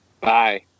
Bye